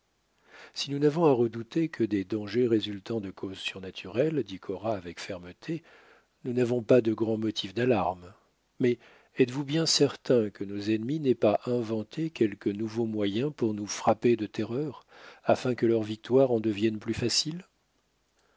si nous n'avons à redouter que des dangers résultant de causes surnaturelles dit cora avec fermeté nous n'avons pas de grands motifs d'alarmes mais êtes-vous bien certain que nos ennemis n'aient pas inventé quelque nouveau moyen pour nous frapper de terreur afin que leur victoire en devienne plus facile